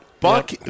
Buck